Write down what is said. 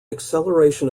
acceleration